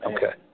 Okay